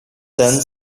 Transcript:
then